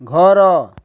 ଘର